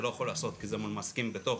את זה לא יכולים לעשות כי זה מול מעסיקים בתוך